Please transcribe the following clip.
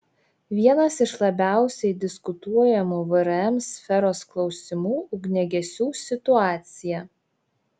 vienas iš labiausiai diskutuojamų vrm sferos klausimų ugniagesių situacija